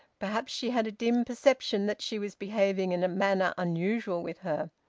perhaps she had a dim perception that she was behaving in a manner unusual with her.